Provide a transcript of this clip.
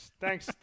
Thanks